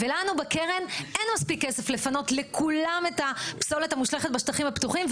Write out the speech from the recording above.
ולנו בקרן אין מספיק כסף לפנות לכולם את הפסולת המושלכת בשטחים הפתוחים.